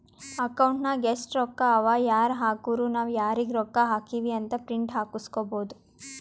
account ನಾಗ್ ಎಸ್ಟ್ ರೊಕ್ಕಾ ಅವಾ ಯಾರ್ ಹಾಕುರು ನಾವ್ ಯಾರಿಗ ರೊಕ್ಕಾ ಹಾಕಿವಿ ಅಂತ್ ಪ್ರಿಂಟ್ ಹಾಕುಸ್ಕೊಬೋದ